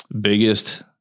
biggest